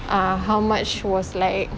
uh how much was like